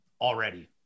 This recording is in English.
Already